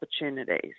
opportunities